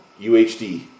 UHD